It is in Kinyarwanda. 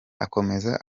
akomeza